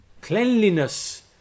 cleanliness